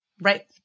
right